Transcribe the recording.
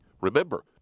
Remember